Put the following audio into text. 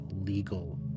legal